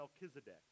Melchizedek